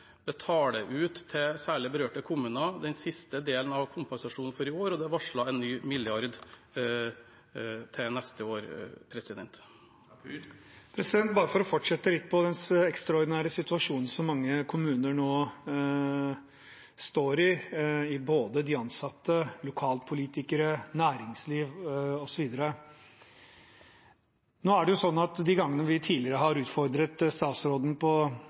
ut til særlig berørte kommuner den siste delen av kompensasjonen for i år, og det er varslet en ny milliard til neste år. Bare for å fortsette litt på den ekstraordinære situasjonen som mange kommuner nå står i, både de ansatte, lokalpolitikere, næringsliv osv.: Etter de gangene vi tidligere har utfordret statsråden på